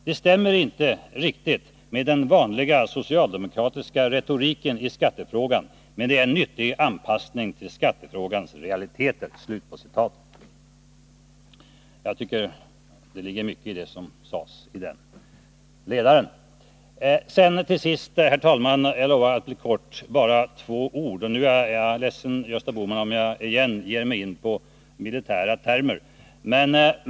Det stämmer inte riktigt med den vanliga socialdemokratiska retoriken i skattefrågan, men det är en nyttig anpassning till skattefrågans realiteter.” Jag tycker det ligger mycket i det som sades i den ledaren. Herr talman! Låt mig till sist — jag lovar att fatta mig kort — säga ytterligare några ord till Gösta Bohman. Jag beklagar att jag återigen ger mig in på militära termer.